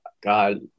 god